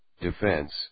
defense